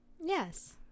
Yes